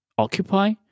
Occupy